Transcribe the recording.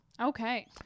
Okay